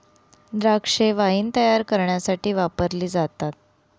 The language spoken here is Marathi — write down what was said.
द्राक्षे वाईन तायार करण्यासाठी वापरली जातात